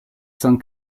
cent